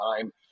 time